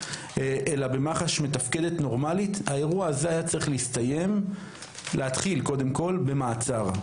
אלא במח"ש מתפקדת נורמלית האירוע הזה היה צריך להתחיל קודם כל במעצר,